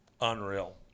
Unreal